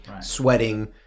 sweating